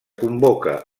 convoca